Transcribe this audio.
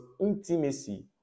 intimacy